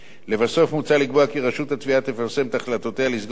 מוצע לקבוע כי רשות התביעה תפרסם את החלטותיה לסגור תיקים בהסדר,